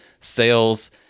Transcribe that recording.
sales